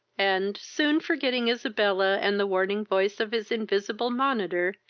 and, soon forgetting isabella, and the warning voice of his invisible monitor,